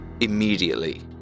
immediately